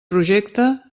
projecte